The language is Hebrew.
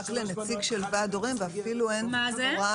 רק לנציג של ועד הורים ואפילו אין הוראה